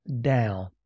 down